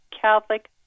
Catholic